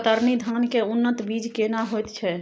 कतरनी धान के उन्नत बीज केना होयत छै?